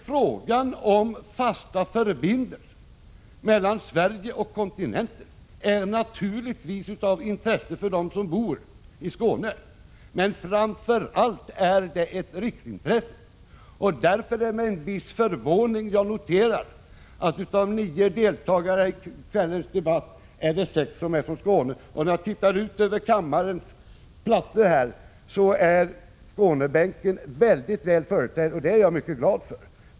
Frågan om fasta förbindelser mellan Sverige och kontinenten är naturligtvis av intresse för dem som bor i Skåne, men framför allt är det ett riksintresse. Därför är det med en viss förvåning som jag noterar att det av de nio deltagarna i kvällens debatt är sex som är från Skåne. När jag tittar ut över kammaren finner jag — och det är mycket glädjande — att Skånebänken är väldigt välbesatt.